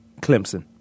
Clemson